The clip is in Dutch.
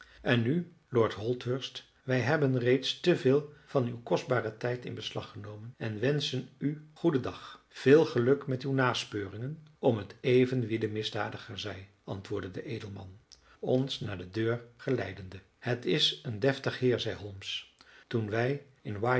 en nu lord holdhurst wij hebben reeds te veel van uw kostbaren tijd in beslag genomen en wenschen u goeden dag veel geluk met uw nasporingen om t even wie de misdadiger zij antwoordde de edelman ons naar de deur geleidende het is een deftig heer zeide holmes toen wij in